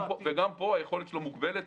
וגם פה, היכולת שלו מוגבלת.